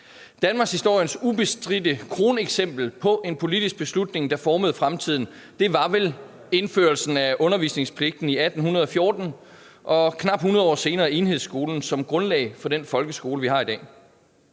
Danmarkshistoriens ubestridte kroneksempel på en politisk beslutning, der formede fremtiden, var vel indførelsen af undervisningspligten i 1814 og knap 100 år senere enhedsskolen som grundlag for den folkeskole, vi har i dag.